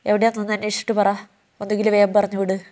എവിടെയാണെന്ന് ഒന്നന്വേഷിച്ചിട്ട് പറ ഒന്നുകിൽ വേഗം പറഞ്ഞു വിട്